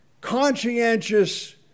conscientious